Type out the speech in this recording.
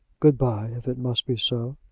good-by, if it must be so.